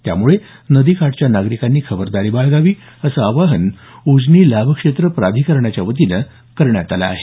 त्यामुळे नदीकाठच्या नागरिकांनी खबरदारी बाळगावी असं आवाहन उजनी लाभक्षेत्र प्राधिकरणाच्या वतीनं करण्यात आलं आहे